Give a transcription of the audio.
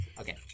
Okay